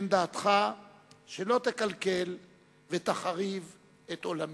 תן דעתך שלא תקלקל ותחריב את עולמי.